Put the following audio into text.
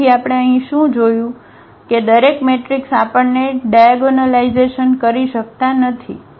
તેથી આપણે અહીં શું જોયું છે કે દરેક મેટ્રિક્સ આપણે ડાયાગોનલાઇઝેશન કરી શકતા નથી